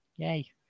Yay